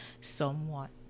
somewhat